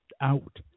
out